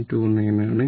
29 ആണ്